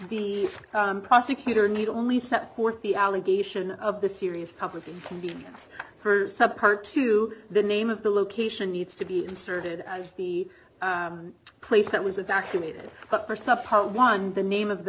the prosecutor need only set forth the allegation of the serious public convenience sub part to the name of the location needs to be inserted as the place that was evacuated but for supper one the name of the